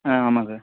ஆ ஆமாம் சார்